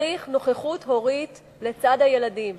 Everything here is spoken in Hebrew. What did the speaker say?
צריך נוכחות הורית לצד הילדים.